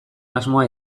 asmoa